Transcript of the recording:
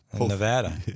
Nevada